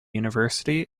university